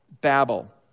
Babel